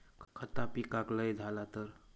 खता पिकाक लय झाला तर?